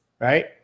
right